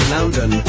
London